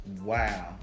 Wow